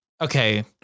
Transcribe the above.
okay